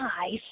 eyes